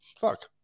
fuck